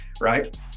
right